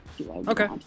okay